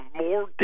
more